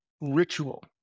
ritual